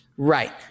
Right